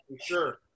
sure